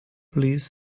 please